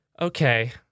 Okay